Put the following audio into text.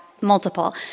multiple